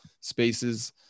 spaces